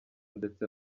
ndetse